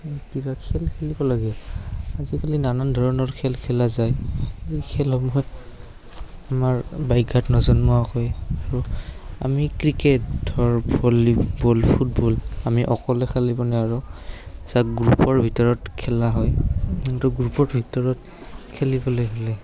কিবা খেল খেলিব লাগে আজিকালি নানান ধৰণৰ খেল খেলা যায় এই খেলসমূহত আমাৰ ব্যাঘাত নজন্মোৱাকৈ আৰু আমি ক্ৰিকেট ধৰ ভলীবল ফুটবল আমি অকলে খেলিবনে আৰু যাক গ্ৰুপৰ ভিতৰত খেলা হয় কিন্তু গ্ৰুপৰ ভিতৰত খেলিবলৈ হ'লে